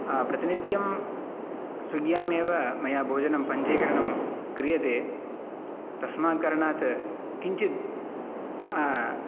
प्रतिनित्यं स्विग्यामेव भोजनं पञ्जीकरणं क्रियते तस्मात् कारणात् किञ्चित्